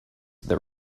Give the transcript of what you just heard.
that